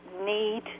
need